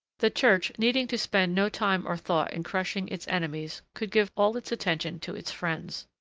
the church, needing to spend no time or thought in crushing its enemies, could give all its attention to its friends.